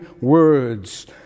words